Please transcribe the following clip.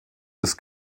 des